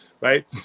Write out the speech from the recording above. Right